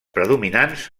predominants